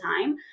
time